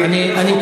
אני שואל,